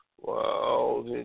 Wow